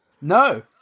No